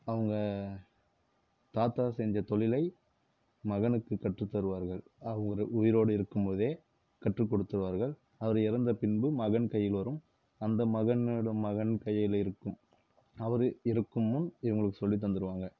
அவங்க தாத்தா செஞ்ச தொழிலை மகனுக்கு கற்றுத் தருவார்கள் அவர் உயிரோடு இருக்கும் போதே கற்றுக் கொடுத்துவிடுவார்கள் அவர் இறந்த பின்பு மகன் கையில் வரும் அந்த மகனோட மகன் கையில் இருக்கும் அவர் இறக்கும் முன் இவங்களுக்கு சொல்லி தந்துடுவாங்க